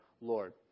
Lord